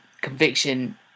conviction